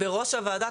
בראש הוועדה,